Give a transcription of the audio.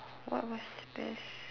what what's the best